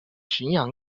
巡洋舰